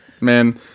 Man